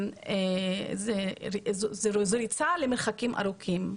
שזו ריצה למרחקים ארוכים,